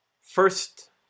first